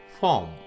form